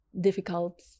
difficult